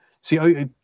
See